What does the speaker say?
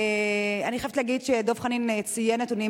אני חייבת להגיד שדב חנין ציין נתונים